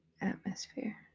atmosphere